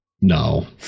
No